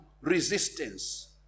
resistance